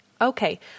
Okay